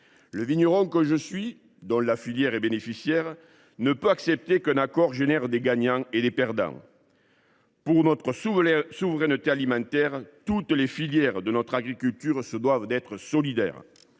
Le vigneron que je suis, et dont la filière est bénéficiaire, ne peut accepter qu’un accord génère des gagnants et des perdants. Pour notre souveraineté alimentaire, toutes les filières de notre agriculture doivent être solidaires.